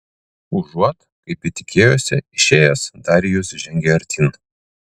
užuot kaip ji tikėjosi išėjęs darijus žengė artyn